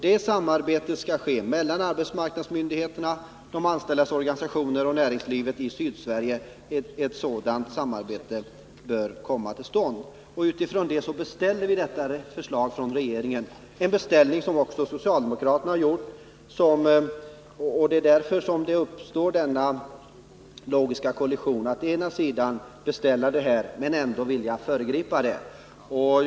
Det skall ske ett samarbete mellan arbetsmarknadsmyndigheterna, de anställdas organisationer och näringslivet i Sydsverige. Ett sådant samarbete måste komma till stånd. Utifrån detta beställde vi ett förslag från regeringen, och denna beställning är också socialdemokraterna med på. Det är därför den logiska kollisionen uppstår när de å ena sidan beställer förslaget men å andra sidan vill föregripa det.